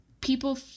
people